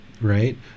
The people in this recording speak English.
right